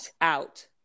out